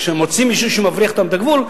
כשהם מוצאים מישהו שמבריח אותם את הגבול,